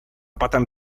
potem